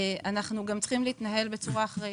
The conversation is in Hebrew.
אנחנו גם צריכים להתנהל בצורה אחראית.